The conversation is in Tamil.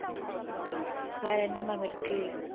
ம் வேறு என்ன மேம் இருக்கு